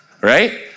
right